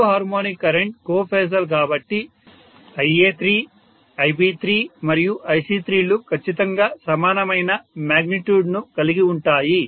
మూడో harmonic current కో ఫాసల్ కాబట్టి Ia3Ib3 మరియు Ic3 లు ఖచ్చితంగా సమానమైన మ్యాగ్నిట్యూడ్ ను కలిగి ఉంటాయి